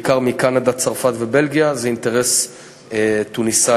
בעיקר מקנדה, צרפת ובלגיה, זה אינטרס תוניסאי.